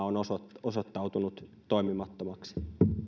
on osoittautunut toimimattomaksi